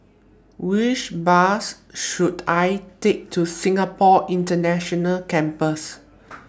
Which Bus should I Take to Singapore International Campus